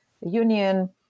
Union